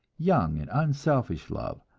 young and unselfish love,